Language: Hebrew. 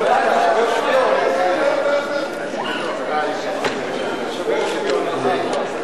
ההסתייגות של קבוצת סיעת חד"ש לשם החוק לא נתקבלה.